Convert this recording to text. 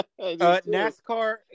NASCAR